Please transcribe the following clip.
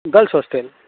girls hostel